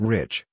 Rich